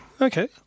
Okay